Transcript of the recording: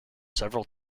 several